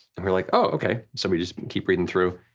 and were like oh okay, so we just keep reading through,